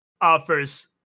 offers